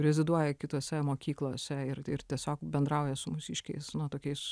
reziduoja kitose mokyklose ir ir tiesiog bendrauja su mūsiškiais nu tokiais